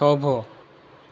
થોભો